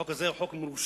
החוק הזה הוא חוק מרושע.